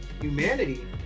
humanity